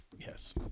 Yes